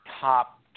top